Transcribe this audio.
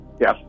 Yes